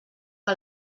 que